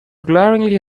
glaringly